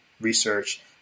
research